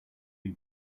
you